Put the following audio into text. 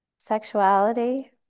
Sexuality